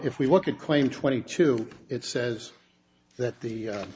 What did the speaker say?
if we want to claim twenty two it says that the